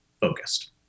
focused